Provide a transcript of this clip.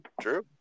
true